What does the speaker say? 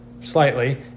slightly